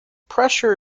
pressure